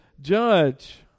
judge